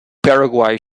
paraguay